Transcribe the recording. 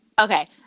okay